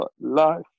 life